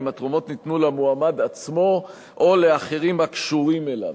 אם התרומות ניתנו למועמד עצמו או לאחרים הקשורים אליו,